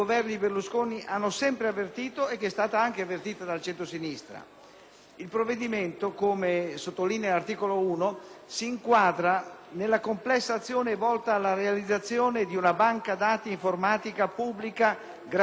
del provvedimento, esso si inquadra nella complessa azione volta alla realizzazione di una banca dati informatica pubblica gratuita contenente tutta la legislazione italiana (progetto Normattiva)